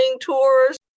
tours